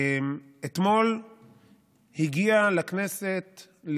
אתמול הגיע לכנסת,